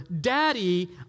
Daddy